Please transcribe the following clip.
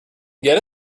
get